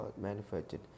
manufactured